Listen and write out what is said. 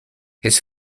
his